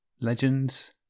legends